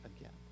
again